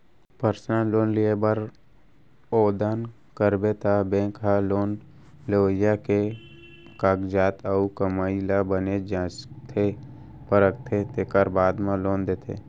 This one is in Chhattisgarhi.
पर्सनल लोन लिये बर ओवदन करबे त बेंक ह लोन लेवइया के कागजात अउ कमाई ल बने जांचथे परखथे तेकर बादे म लोन देथे